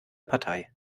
partei